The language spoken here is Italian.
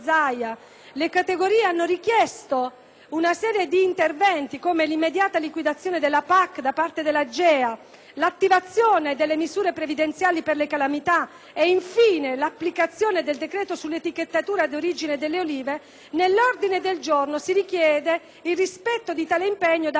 le categorie hanno richiesto una serie di interventi, come l'immediata liquidazione immediata del premio unico comunitario da parte dell'AGEA, l'attivazione delle misure previdenziali per le calamità e infine l'applicazione del decreto sull'etichettatura di origine delle olive, nell'ordine del giorno si richiede il rispetto di tale impegno da parte del Ministro